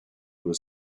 was